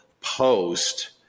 post